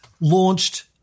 launched